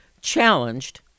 challenged